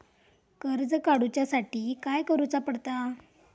कर्ज काडूच्या साठी काय करुचा पडता?